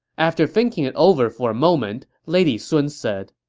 after thinking it over for moment, lady sun said,